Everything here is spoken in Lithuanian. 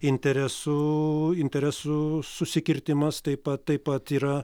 interesų interesų susikirtimas taip pat taip pat yra